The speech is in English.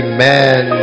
Amen